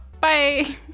Bye